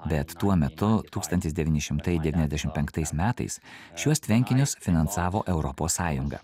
bet tuo metu tūkstantis devyni šimtai devyniasdešim penktais metais šiuos tvenkinius finansavo europos sąjunga